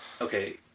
Okay